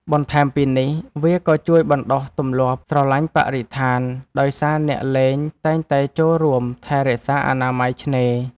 បន្ថែមពីនេះ វាក៏ជួយបណ្ដុះទម្លាប់ ស្រឡាញ់បរិស្ថាន ដោយសារអ្នកលេងតែងតែចូលរួមថែរក្សាអនាម័យឆ្នេរ។